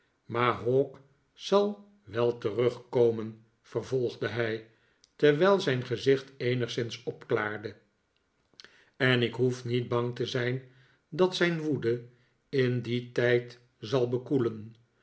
maar hawk zal wel terugkomen vervolgde hij terwijl zijn gezicht eenigszins opklaarde en ik hoef niet bang te zijn dat zijn woede in dien tijd zal bekoelen